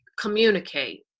Communicate